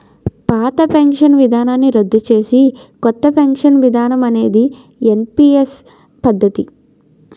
పాత పెన్షన్ విధానాన్ని రద్దు చేసి కొత్త పెన్షన్ విధానం అనేది ఎన్పీఎస్ పద్ధతి